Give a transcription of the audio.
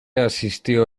asistió